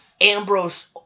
Ambrose